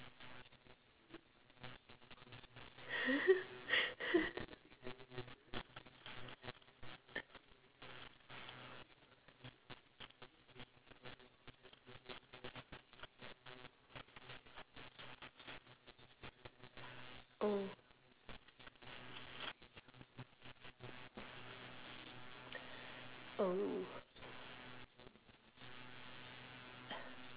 oh oh